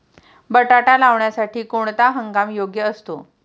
बटाटा लावण्यासाठी कोणता हंगाम योग्य असतो?